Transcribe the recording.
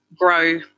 grow